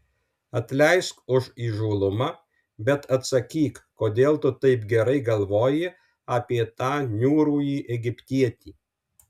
atleisk už įžūlumą bet atsakyk kodėl tu taip gerai galvoji apie tą niūrųjį egiptietį